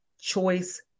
choice